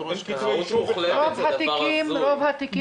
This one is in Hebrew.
ראש --- רוב התיקים נסגרים בגלל חוסר עניין לציבור.